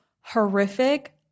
horrific